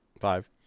Five